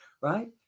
right